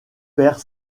perd